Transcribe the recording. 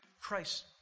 Christ